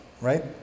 right